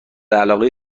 علاقه